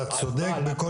אתה צודק בכל מילה,